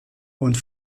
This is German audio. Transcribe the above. und